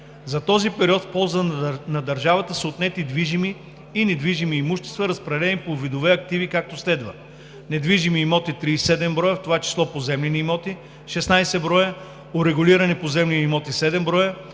За този период в полза на държавата са отнети движими и недвижими имущества, разпределени по видове активи, както следва: - недвижими имоти – 37 броя, в това число поземлени имоти – 16 броя, урегулирани поземлени имоти – 7 броя,